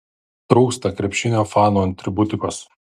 trūksta krepšinio fanų atributikos